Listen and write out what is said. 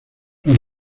los